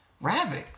Rabbit